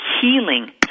healing